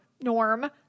norm